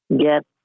get